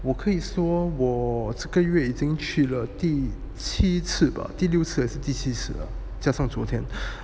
我可以说我这个月已经去了第七次吧第六次还是第七次加上昨天